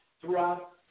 throughout